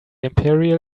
imperial